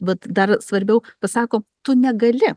vat dar svarbiau pasakom tu negali